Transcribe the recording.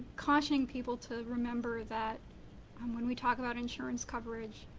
cautioning people to remember that um when we talk about insurance coverage,